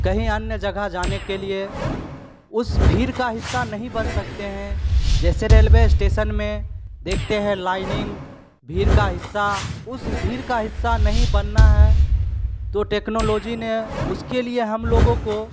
कहीं अन्य जगह जाने के लिए उस भीड़ का हिस्सा नहीं बन सकते हैं जैसे रेलवे स्टेसन में देखते है लाइनिंग भीड़ का हिस्सा उस भीड़ का हिस्सा नहीं बनना है तो टेक्निलॉजी ने उसके लिए हम लोगों को